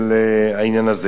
של העניין הזה.